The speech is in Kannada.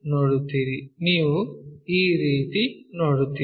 ನೀವು ಈ ರೀತಿ ನೋಡುತ್ತೀರಿ